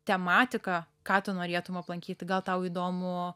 tematika ką tu norėtum aplankyt gal tau įdomu